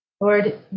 Lord